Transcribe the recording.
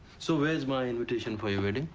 so where's my invitation for your wedding?